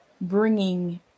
bringing